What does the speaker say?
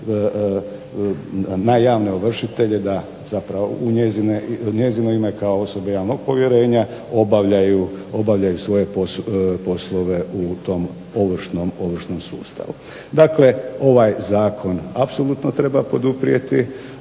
na javne ovršitelje da zapravo, u njezino ime kao osobe od javnog povjerenje obavljaju svoje poslove u tom Ovršnom sustavu. Dakle ovaj zakon apsolutno treba poduprijeti